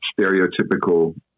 stereotypical